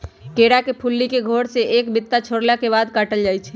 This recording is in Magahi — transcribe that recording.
केरा के फुल्ली के घौर से एक बित्ता छोरला के बाद काटल जाइ छै